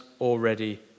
already